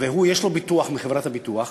ויש לו ביטוח מחברת הביטוח,